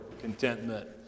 contentment